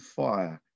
fire